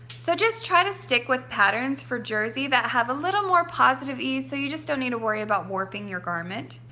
so just try to stick with patterns for jersey that have a little more positive ease so you just don't need to worry about warping your garment.